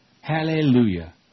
Hallelujah